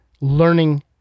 learning